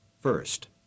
First